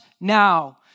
now